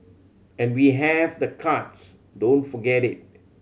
and we have the cards don't forget it